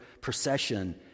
procession